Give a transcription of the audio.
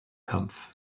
kampf